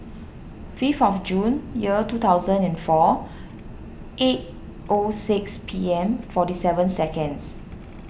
fifth of June year two thousand and four eight O six P M forty seven seconds